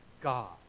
God